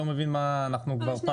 שלום לכולם, אנחנו מתחילים בדיון.